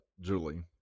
Julie